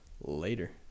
Later